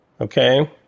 Okay